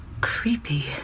creepy